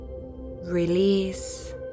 release